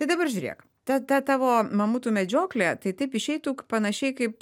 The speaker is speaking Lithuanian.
tai dabar žiūrėk ta ta tavo mamutų medžioklė tai taip išeitų panašiai kaip